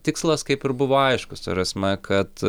tikslas kaip ir buvo aiškus ta prasme kad